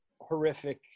horrific